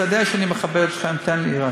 אתה יודע שאני מכבד אתכם, רק תן לי.